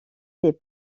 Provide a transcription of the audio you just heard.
des